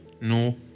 no